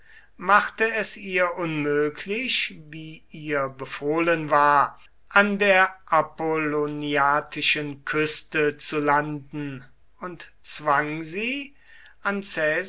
machte es ihr unmöglich wie ihr befohlen war an der apolloniatischen küste zu landen und zwang sie an